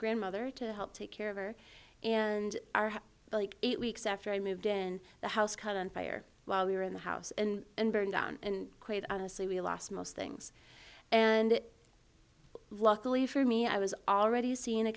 grandmother to help take care of her and our eight weeks after i moved in the house caught on fire while we were in the house and burned down and quite honestly we lost most things and luckily for me i was already seeing a